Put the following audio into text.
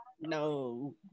No